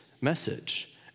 message